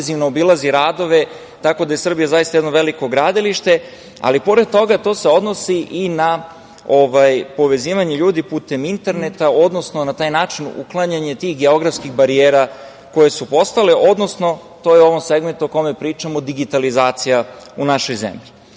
obilazi radove, tako da je Srbija zaista jedno veliko gradilište. Ali pored toga to se odnosi i na povezivanje ljudi putem interneta, odnosno na taj način uklanjanje tih geografskih barijera koje su postojale, odnosno to je u ovom segmentu o kome pričamo - digitalizacija u našoj zemlji. Dok